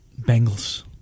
Bengals